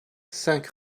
cinq